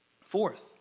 Fourth